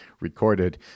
recorded